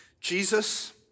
Jesus